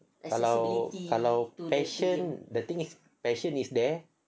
kalau kalau passion the thing is passion is there